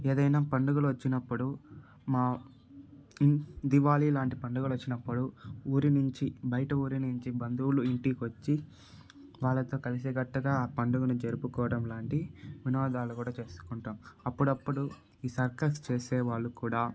ఏదైనా పండుగలు వచ్చిప్పుడు మా ఇన్ దీపావళి లాంటి పండుగలు వచ్చినప్పుడు ఊరి నుంచి బయట ఊరి నుంచి బంధువులు ఇంటికి వచ్చి వాళ్ళతో కలిసికట్టుగా ఆ పండుగను జరుపుకోవడం లాంటి వినోదాలు కూడా చేసుకుంటాం అప్పుడప్పుడు ఈ సర్కస్ చేసుకునే వాళ్ళు కూడా